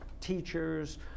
teachers